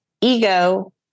ego